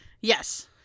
Yes